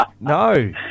No